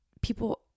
people